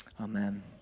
Amen